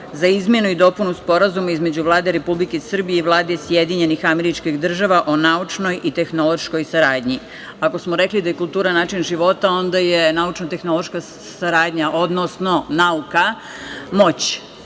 za izmenu i dopunu Sporazuma između Vlade Republike Srbije i Vlade SAD o naučnoj i tehnološkoj saradnji. Ako smo rekli da je kultura način života, onda je naučno-tehnološka saradnja, odnosno nauka moć.